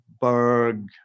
Berg